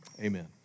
Amen